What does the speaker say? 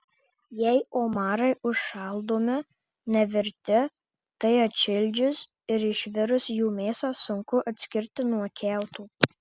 jei omarai užšaldomi nevirti tai atšildžius ir išvirus jų mėsą sunku atskirti nuo kiauto